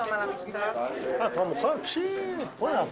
שישה בעד.